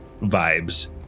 vibes